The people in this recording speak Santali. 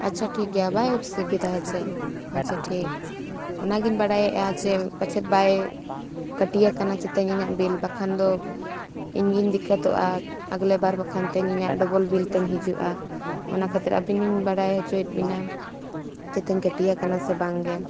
ᱟᱪᱷᱟ ᱴᱷᱤᱠ ᱜᱮᱭᱟ ᱵᱟᱭ ᱚᱥᱩᱵᱤᱫᱷᱟ ᱦᱚᱪᱚ ᱟᱪᱪᱷᱟ ᱴᱷᱤᱠ ᱚᱱᱟᱜᱮᱧ ᱵᱟᱲᱟᱭᱮᱫᱼᱟ ᱪᱮ ᱯᱟᱪᱮᱫ ᱵᱟᱭ ᱠᱟᱹᱴᱤ ᱟᱠᱟᱱᱟ ᱪᱮᱠᱟ ᱤᱧᱟᱹᱜ ᱵᱤᱞ ᱵᱟᱠᱷᱟᱱ ᱫᱚ ᱤᱧᱜᱮᱧ ᱫᱤᱠᱠᱚᱛᱚᱜᱼᱟ ᱟᱜᱞᱮ ᱵᱟᱨ ᱵᱟᱠᱷᱟᱱ ᱛᱤᱧ ᱤᱧᱟᱹᱜ ᱰᱚᱵᱚᱞ ᱵᱤᱞ ᱛᱤᱧ ᱦᱤᱡᱩᱜᱼᱟ ᱚᱱᱟ ᱠᱷᱟᱹᱛᱤᱨ ᱟᱹᱵᱤᱱᱤᱧ ᱵᱟᱲᱟᱭ ᱦᱚᱪᱚᱭᱮᱫ ᱵᱮᱱᱟ ᱪᱮᱫᱛᱤᱧ ᱠᱟᱹᱴᱤᱭᱟᱠᱟᱱᱟ ᱥᱮ ᱵᱟᱝᱜᱮ